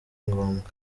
ngombwa